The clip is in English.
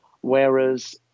Whereas